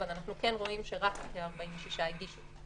אבל אנחנו כן רואים שרק כ-46% הגישו.